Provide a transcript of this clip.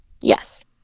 Yes